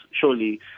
surely